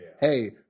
hey